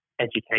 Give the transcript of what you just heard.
education